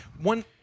one